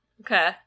Okay